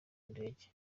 ndege